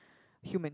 human